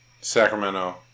Sacramento